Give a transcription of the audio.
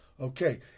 okay